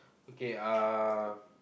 okay uh